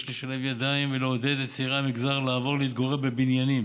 יש לשלב ידיים ולעודד את צעירי המגזר לעבור ולהתגורר בבניינים,